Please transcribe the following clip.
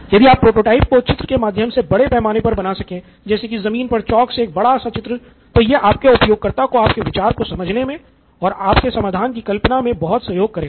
यदि आप प्रोटोटाइप को चित्र के माध्यम से बड़े पैमाने पर बना सकें जैसे की ज़मीन पर चाक से एक बड़ा सा चित्र तो यह आपके उपयोगकर्ता को आपके विचार को समझने मे और आपके समाधान की कल्पना करने मे बहुत सहयोग करेगा